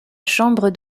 chambre